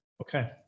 Okay